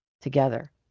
together